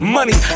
Money